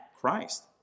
Christ